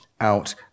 out